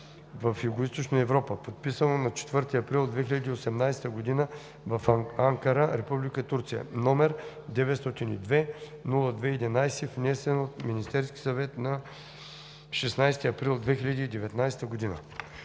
в Югоизточна Европа, подписано на 4 април 2018 г. в Анкара, Република Турция, № 902-02-11, внесен от Министерския съвет на 16 април 2019 г.“